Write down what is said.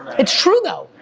it's true, though,